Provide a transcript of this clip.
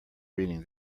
reading